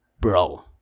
Bro